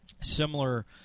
similar